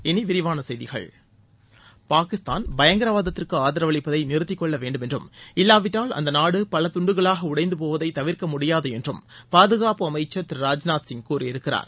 இனி விரிவான செய்திகள் பாகிஸ்தான் பயங்கரவாதத்திற்கு ஆதரவளிப்பதை நிறுத்திக்கொள்ள வேண்டும் என்றும் இல்லாவிட்டால் அந்த நாடு பல துண்டுகளாக உடைந்து போவதை தவிர்க்க முடியாது என்றும் பாதுகாப்பு அமைச்சர் திரு ராஜ்நாத் சிங் கூறியிருக்கிறார்